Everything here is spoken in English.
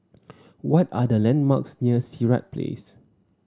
what are the landmarks near Sirat Place